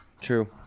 True